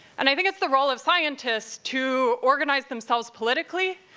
and i think it's the role of scientists to organize themselves politically,